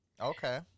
Okay